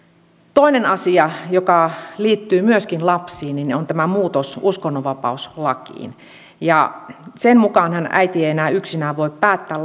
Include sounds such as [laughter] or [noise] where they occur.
toinen asia joka liittyy myöskin lapsiin on tämä muutos uskonnonvapauslakiin sen mukaanhan äiti ei enää yksinään voi päättää [unintelligible]